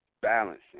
balancing